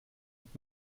wird